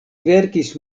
verkis